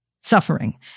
suffering